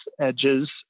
edges